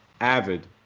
avid